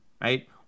right